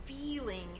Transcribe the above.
feeling